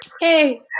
hey